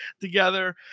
together